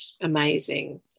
amazing